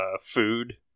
food